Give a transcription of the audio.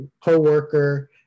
coworker